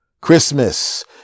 Christmas